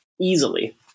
Easily